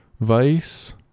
Vice